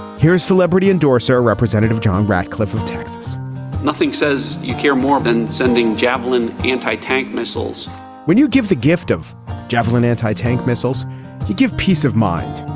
here is celebrity endorser representative john ratcliffe of texas nothing says you care more than sending javelin anti-tank missiles when you give the gift of javelin anti-tank missiles you give peace of mind.